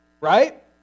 right